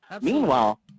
Meanwhile